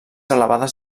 elevades